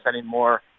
anymore